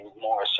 more